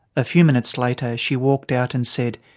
a few minutes later she walked out and said,